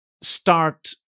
start